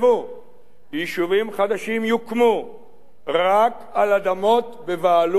ויישובים חדשים יוקמו רק על אדמות בבעלות המדינה.